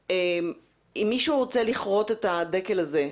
אם מישהו רוצה לכרות את הדקל הזה,